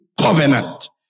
covenant